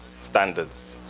standards